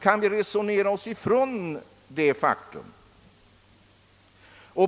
Kan vi resonera bort detta faktum?